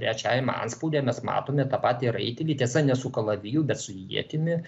trečiajam antspaude mes matome tą patį raitelį tiesa ne su kalaviju bet su ietimi